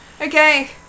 Okay